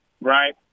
right